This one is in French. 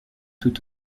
tout